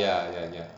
ya ya ya